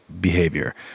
behavior